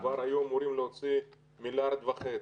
שכבר היו אמורים להוציא מיליארד וחצי.